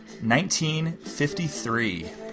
1953